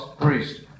priest